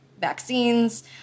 vaccines